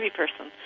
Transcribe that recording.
person